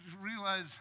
realize